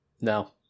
No